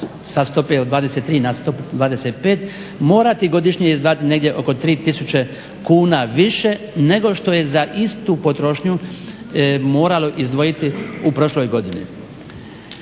sa stope od 23 na stopu 25% morati godišnje izdvajati negdje oko 3000 kuna više nego što je za istu potrošnju moralo izdvojiti u prošloj godini.